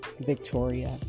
Victoria